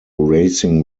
racing